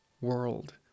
world